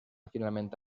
finalmente